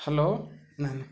hello ନା ନା